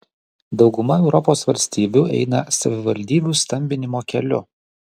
dauguma europos valstybių eina savivaldybių stambinimo keliu